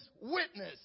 witness